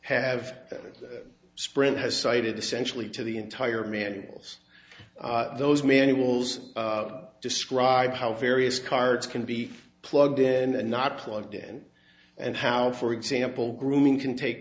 have sprint has cited essentially to the entire manuals those manuals describe how various cards can be plugged in and not plugged in and how for example grooming can take